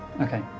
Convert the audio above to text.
Okay